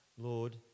Lord